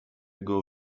jego